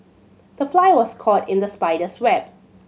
the fly was caught in the spider's web